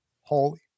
Holy